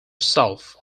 self